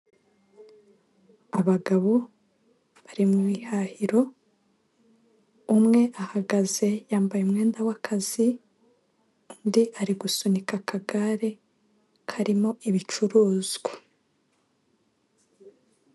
Abagabo bari mu ihahiro umwe ahagaze, yambaye umwenda w'akazi undi ari gusunika akagare karimo ibicuruzwa.